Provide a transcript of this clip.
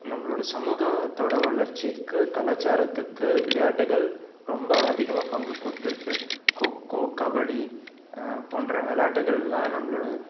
நம்மளோட சமூகத்தோட வளர்ச்சிக்கு கலாச்சாரத்துக்கு விளையாட்டுகள் ரொம்ப அதிகமாக பங்கு கொடுத்துருக்கு கொக்கோ கபடி போன்ற விளையாட்டுகள்லாம் நம்மளோட